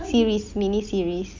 series mini series